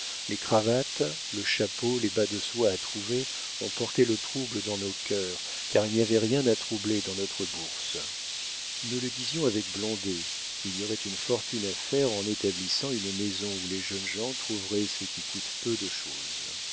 les cravates le chapeau les bas de soie à trouver ont porté le trouble dans nos cœurs car il n'y avait rien à troubler dans notre bourse nous le disions avec blondet il y aurait une fortune à faire en établissant une maison où les jeunes gens trouveraient ce qui coûte peu de chose